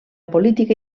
política